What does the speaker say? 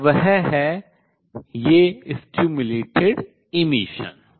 और वह है ये उद्दीपित उत्सर्जन